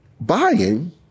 buying